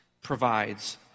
provides